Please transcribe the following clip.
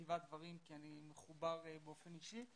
מטבע הדברים כי אני מחובר באופן אישי.